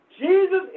Jesus